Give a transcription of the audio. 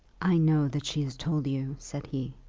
i know that she has told you, said he.